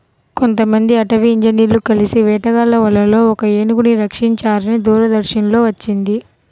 కొంతమంది అటవీ ఇంజినీర్లు కలిసి వేటగాళ్ళ వలలో ఒక ఏనుగును రక్షించారని దూరదర్శన్ లో వచ్చింది